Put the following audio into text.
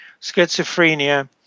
schizophrenia